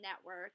network